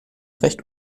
recht